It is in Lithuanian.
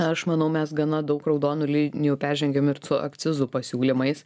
aš manau mes gana daug raudonų linijų peržengėm ir su akcizų pasiūlymais